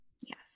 yes